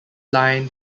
lynne